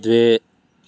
द्वे